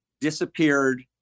disappeared